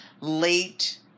late-